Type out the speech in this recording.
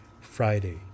Friday